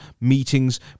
meetings